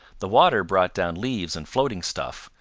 the water brought down leaves and floating stuff,